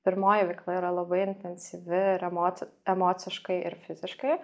pirmoji veikla yra labai intensyvi ir emoci emociškai ir fiziškai